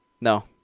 No